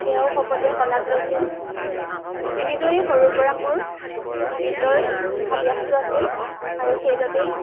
সেয়াও সকলোৱে শলাগ লৈছিল এনেদৰে সৰুৰ পৰা মোৰ গীতৰ হাবিয়াসটো আছিল আৰু সেইবাবেই